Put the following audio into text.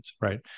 right